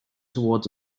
towards